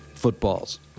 Footballs